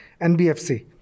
NBFC